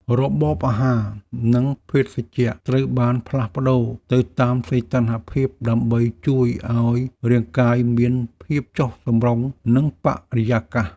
របបអាហារ និងភេសជ្ជៈត្រូវបានផ្លាស់ប្តូរទៅតាមសីតុណ្ហភាពដើម្បីជួយឱ្យរាងកាយមានភាពចុះសម្រុងនឹងបរិយាកាស។